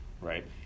Right